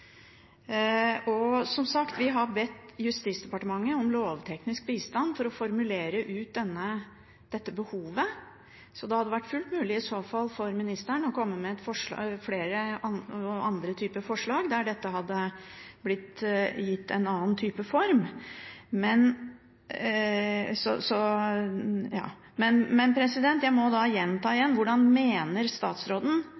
Som sagt: Vi har bedt Justis- og beredskapsdepartementet om lovteknisk bistand for å formulere dette behovet, så det hadde i så fall vært fullt mulig for ministeren å komme med andre typer forslag, der dette hadde blitt gitt en annen form.